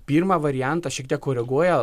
pirmą variantą šiek tiek koreguoja